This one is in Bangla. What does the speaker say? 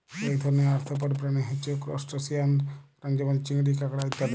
এক ধরণের আর্থ্রপড প্রাণী হচ্যে ত্রুসটাসিয়ান প্রাণী যেমল চিংড়ি, কাঁকড়া ইত্যাদি